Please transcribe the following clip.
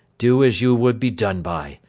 do as you would be done by!